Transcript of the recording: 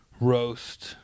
roast